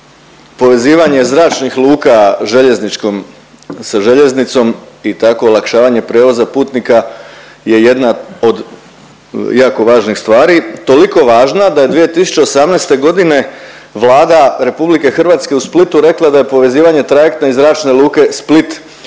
povezivanje zračnih luka željezničkom, sa željeznicom i tako olakšavanje prijevoza putnika je jedna od jako važnih stvari, toliko važna da je 2018. g. Vlada RH u Splitu rekla da je povezivanja trajekta i zračne luke Split projet